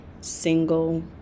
single